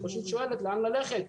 היא פשוט שואלת לאן ללכת.